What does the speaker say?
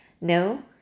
No